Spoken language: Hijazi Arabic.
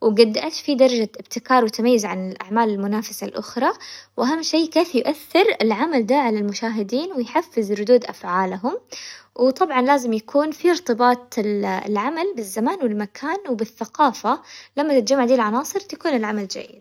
وقد ايش في درجة ابتكار وتميز عن الاعمال المنافسة الاخرى، واهم شي كيف يؤثر العمل دا على المشاهدين ويحفز ردود افعالهم، وطبعا لازم يكون في ارتباط العمل بالزمان والمكان وبالثقافة، لما تتجمع ذي العناصر تكون العمل جيد.